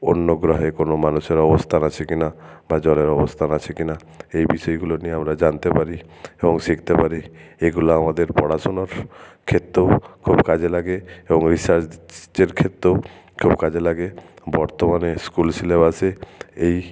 অন্য গ্রহে কোনো মানুষের অবস্থান আছে কিনা বা জলের অবস্থান আছে কিনা এই বিষয়গুলো নিয়ে আমরা জানতে পারি এবং শিখতে পারি এগুলো আমাদের পড়াশুনোর ক্ষেত্রেও খুব কাজে লাগে এবং রিসার্চের ক্ষেত্রেও খুব কাজে লাগে বর্তমানে স্কুল সিলেবাসে এই